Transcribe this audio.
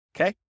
okay